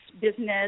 business